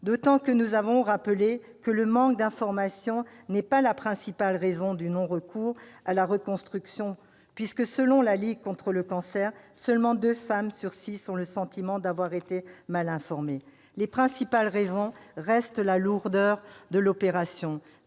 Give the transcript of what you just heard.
D'autant que, nous l'avons rappelé, le manque d'information n'est pas la principale raison du non-recours à la reconstruction, puisque, selon la Ligue contre le cancer, seules deux femmes sur six ont le sentiment d'avoir été mal informées. Les principales raisons restent la lourdeur de l'opération,